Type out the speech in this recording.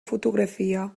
fotografia